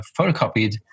photocopied